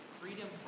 Freedom